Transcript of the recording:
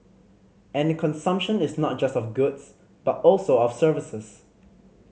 and consumption is not just of goods but also of services